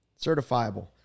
certifiable